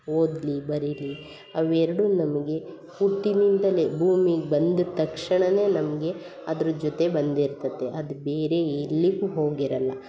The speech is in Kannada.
ಓದಲಿ ಬರೀಲಿ ಅವು ಎರಡು ನಮಗೆ ಹುಟ್ಟಿನಿಂದಲೇ ಭೂಮಿಗೆ ಬಂದ ತಕ್ಷಣವೇ ನಮಗೆ ಅದ್ರ ಜೊತೆ ಬಂದಿರ್ತೈತೆ ಅದು ಬೇರೆ ಎಲ್ಲಿಗೂ ಹೋಗಿರೋಲ್ಲ